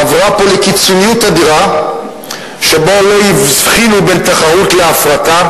עברה פה לקיצוניות אדירה שבה לא הבחינו בין תחרות להפרטה,